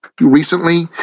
recently